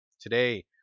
Today